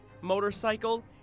motorcycle